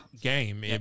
game